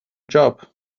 job